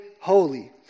holy